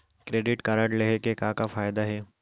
Credit card लेहे के का का फायदा हे?